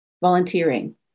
volunteering